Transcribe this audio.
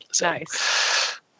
Nice